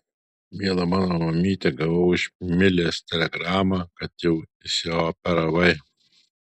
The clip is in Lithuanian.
miela mano mamyte gavau iš milės telegramą kad jau išsioperavai